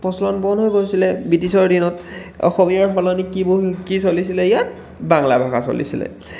প্ৰচলন বন্ধ হৈ গৈছিলে ব্ৰিটিছৰ দিনত অসমীয়াৰ সলনি কি চলিছিলে ইয়াত বাংলা ভাষা চলিছিলে